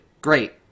Great